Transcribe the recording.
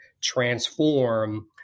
transform